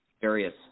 various